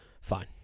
fine